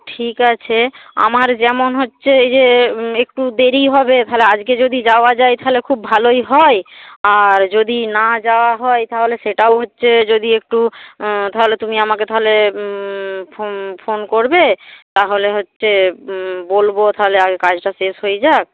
ঠিক আছে আমার যেমন হচ্ছে এই যে একটু দেরিই হবে তাহলে আজকে যদি যাওয়া যায় তাহলে খুব ভালোই হয় আর যদি না যাওয়া হয় তাহলে সেটাও হচ্ছে যদি একটু তাহলে তুমি আমাকে তাহলে ফোন ফোন করবে তাহলে হচ্ছে বলব তাহলে আগে কাজটা শেষ হয়ে যাক